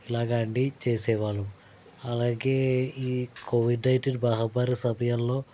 ఇలాగా అన్ని చేసే వాళ్ళు అలాగే ఈ కోవిడ్ నైన్టీన్ మహమ్మరి సమయంలో